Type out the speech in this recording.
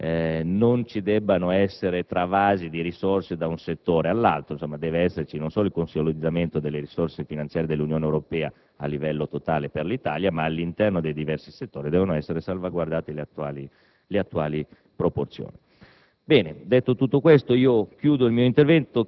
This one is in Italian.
e - sono d'accordo con il senatore Polledri a tal proposito - non ci debbono essere travasi di risorse da un settore all'altro. Deve esserci non solo il consolidamento delle risorse finanziarie dell'Unione Europea a livello totale per l'Italia, ma, all'interno dei diversi settori, devono essere salvaguardate le attuali proporzioni.